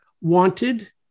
wanted